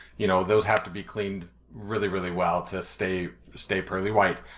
you know, those have to be cleaned really, really well to stay stay pearly white.